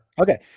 Okay